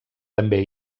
també